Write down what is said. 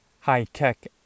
high-tech